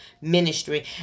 ministry